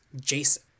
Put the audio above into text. Jason